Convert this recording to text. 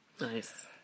Nice